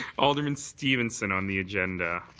alderman stevenson on the agenda.